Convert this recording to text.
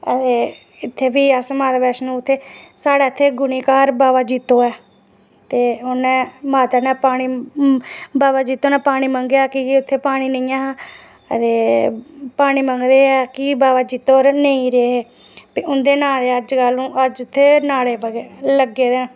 ते इत्थै भी अस माता वैष्णो उत्थै साढ़े इत्थै गुनी ग्हार बावा जित्तो ऐ ते उन्ने माता नै पानी बावा जित्तो नै पानी मंगेआ की के उत्थै पानी निंहा ते पानी मंगदे गै की बावा जित्तो होर नेईं रेह् ते भी उंदे नांऽ दे अज्ज उत्थै नाड़े लग्गे दे न